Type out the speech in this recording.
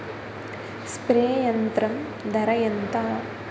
Spray యంత్రం ధర ఏంతా?